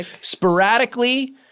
sporadically